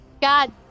god